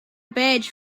badge